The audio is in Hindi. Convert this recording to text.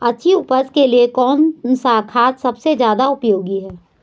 अच्छी उपज के लिए कौन सा खाद सबसे ज़्यादा उपयोगी है?